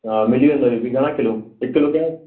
हा मिली वेंदव ही बि घणा किलो हिक किलो कयां